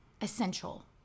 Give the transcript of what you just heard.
essential